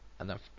enough